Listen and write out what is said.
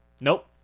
Nope